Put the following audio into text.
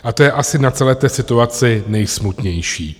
A to je asi na celé té situaci nejsmutnější.